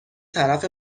طرف